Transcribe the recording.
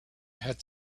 had